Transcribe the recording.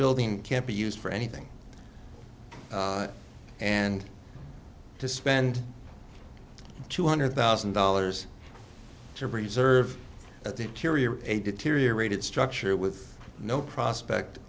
building can't be used for anything and to spend two hundred thousand dollars to preserve at the curia a deteriorated structure with no prospect